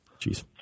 jeez